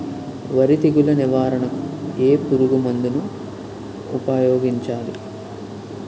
వరి తెగుల నివారణకు ఏ పురుగు మందు ను ఊపాయోగించలి?